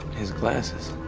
his glasses.